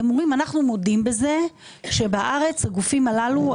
אתם אומרים שאתם מודים בזה שבארץ הגופים הללו,